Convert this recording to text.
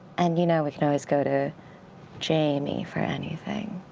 and you know, we can always go to jamie for anything.